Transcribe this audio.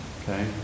Okay